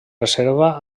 reservava